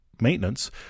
maintenance